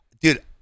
dude